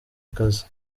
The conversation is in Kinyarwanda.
akazi